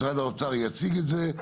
משרד האוצר יציג את זה.